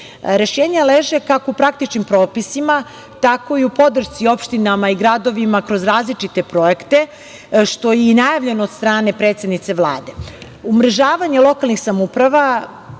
Rešenja leže kako u praktičnim propisima, tako i u podršci opštinama i gradovima kroz različite projekte, što je i najavljeno od strane predsednice Vlade. Umrežavanje lokalnih samouprava,